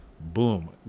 boom